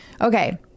Okay